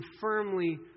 firmly